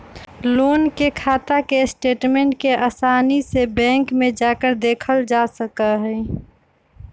loan के खाता के स्टेटमेन्ट के आसानी से बैंक में जाकर देखल जा सका हई